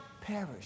perish